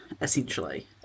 essentially